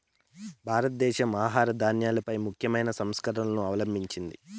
భారతదేశం ఆహార ధాన్యాలపై ముఖ్యమైన సంస్కరణలను అవలంభించింది